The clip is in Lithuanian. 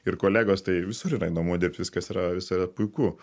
ir kolegos tai visur yra įdomu dirbt viskas yra visada puiku